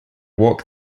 walk